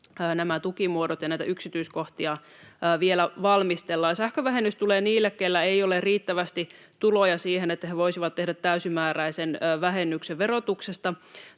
nämä tukimuodot, ja näitä yksityiskohtia vielä valmistellaan. Sähkövähennys tulee niille, keillä ei ole riittävästi tuloja siihen, että he voisivat tehdä täysimääräisen vähennyksen verotuksesta.